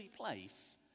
place